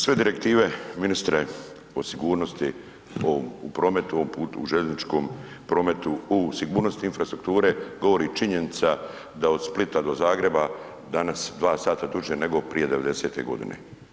Sve direktive, ministre, o sigurnosti u prometu u željezničkom prometu u sigurnosti infrastrukture govori činjenica da od Splita do Zagreba danas 2 h duže prije nego 90. godine.